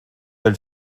elle